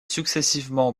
successivement